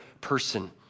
person